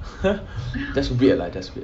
just weird lah just weird